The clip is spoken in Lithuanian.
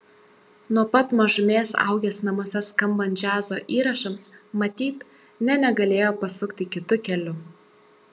nuo pat mažumės augęs namuose skambant džiazo įrašams matyt nė negalėjo pasukti kitu keliu